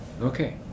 Okay